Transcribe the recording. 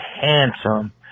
handsome